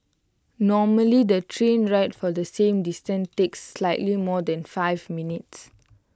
normally the train ride for the same distance takes slightly more than five minutes